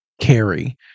carry